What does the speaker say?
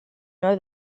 know